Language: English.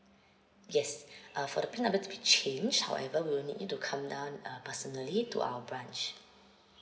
yes uh for the PIN number to be changed however we will need you to come down uh personally to our branch